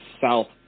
south